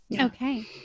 Okay